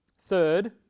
Third